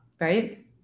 Right